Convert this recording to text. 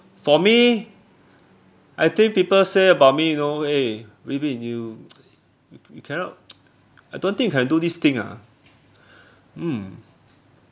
for me I think people say about me know eh wee bin you you cannot I don't think you can do this thing ah mm